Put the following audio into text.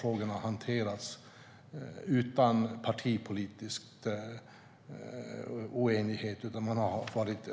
Frågorna har hanterats utan partipolitisk oenighet; man har varit